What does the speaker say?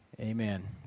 Amen